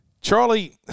Charlie